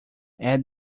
add